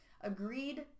Agreed